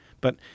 But-